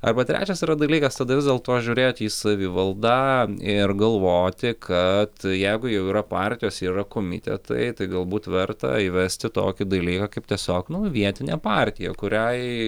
arba trečias yra dalykas tada vis dėlto žiūrėti į savivaldą ir galvoti kad jeigu jau yra partijos ir yra komitetai tai galbūt verta įvesti tokį dalyką kaip tiesiog nu vietinė partija kuriai